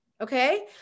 Okay